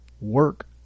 work